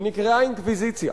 היא נקראה אינקוויזיציה